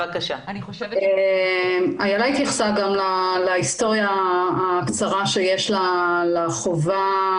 איילה התייחסה להיסטוריה הקצרה שיש לחובה